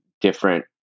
different